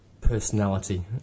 personality